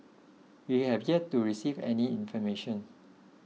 we have yet to receive any information